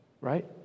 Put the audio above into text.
right